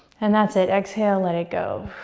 and that's it. exhale, let it go.